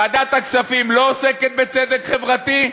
ועדת הכספים לא עוסקת בצדק חברתי?